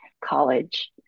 college